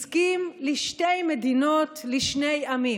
הסכים לשתי מדינות לשני עמים.